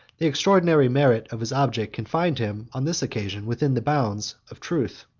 the extraordinary merit of his object confined him, on this occasion, within the bounds of truth.